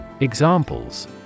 Examples